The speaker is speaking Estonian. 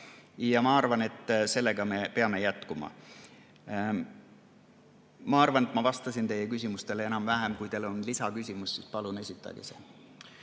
Ja ma arvan, et sellega me peame jätkama. Ma arvan, et ma vastasin teie küsimustele enam-vähem. Kui teil on lisaküsimusi, siis palun esitage.